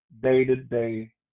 day-to-day